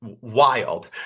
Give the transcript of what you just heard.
Wild